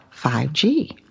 5G